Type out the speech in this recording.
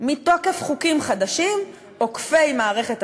מתוקף חוקים חדשים, עוקפי מערכת התכנון,